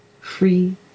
free